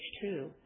two